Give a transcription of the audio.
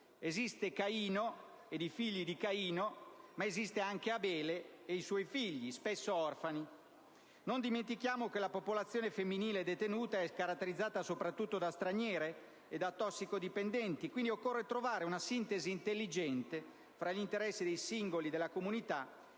esistono Caino e i figli di Caino, ma esistono anche Abele e i suoi figli, spesso orfani. Non dimentichiamo che la popolazione femminile detenuta è caratterizzata soprattutto da straniere e da tossicodipendenti. Quindi, occorre trovare una sintesi intelligente tra gli interessi dei singoli e quelli della comunità,